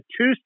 two